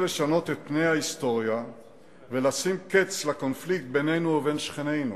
לשנות את פני ההיסטוריה ולשים קץ לקונפליקט בינינו לבין שכנינו.